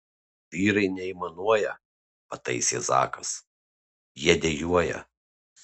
vyrai neaimanuoja pataisė zakas jie dejuoja